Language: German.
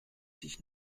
dich